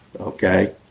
okay